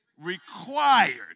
required